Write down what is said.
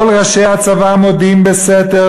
כל ראשי הצבא מודים בסתר,